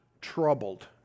troubled